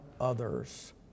others